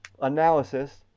analysis